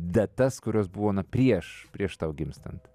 datas kurios buvo na prieš prieš tau gimstant